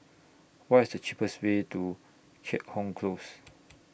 What IS The cheapest Way to Keat Hong Close